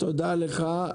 תודה לך.